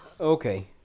Okay